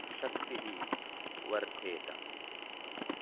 शक्तिः वर्धेत